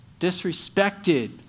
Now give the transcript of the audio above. disrespected